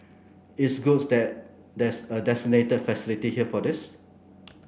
it's good that there's a designated facility here for this